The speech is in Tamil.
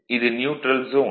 இது நியூட்ரல் ஜோன்